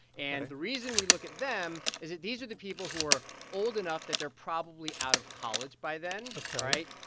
and the reason we look at them is that these are the people who are old enough that they're probably out of college by then. ok. right?